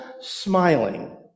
smiling